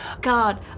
God